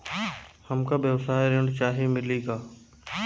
हमका व्यवसाय ऋण चाही मिली का?